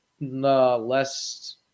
less